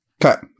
Cut